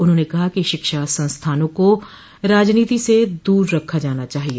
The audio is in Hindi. उन्होंने कहा है कि शिक्षा संस्थानों को राजनीति से दूर रखा जाना चाहिए